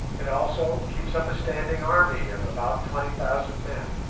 it also keeps up a standing army of about twenty thousand men,